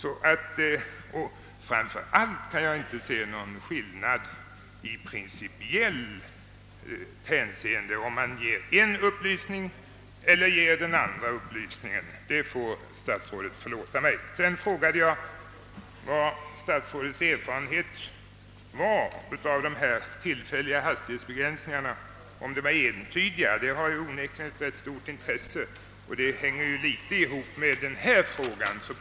Och framför allt kan jag inte se någon skillnad i principiellt hänseende, om man ger den ena eller andra upplysningen. Det får statsrådet förlåta mig. Sedan frågade jag vad statsrådet hade för erfarenheter av de tillfälliga hastighetsbegränsningarna och om de var entydiga. Det har onekligen stort intresse och hänger onekligen ihop med den fråga det här gäller.